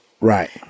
Right